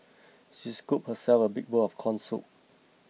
she scooped herself a big bowl of Corn Soup